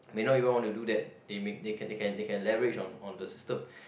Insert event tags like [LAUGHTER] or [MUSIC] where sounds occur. may not even want to do that they make they can they can leverage on on the system [BREATH]